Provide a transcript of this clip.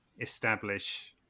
establish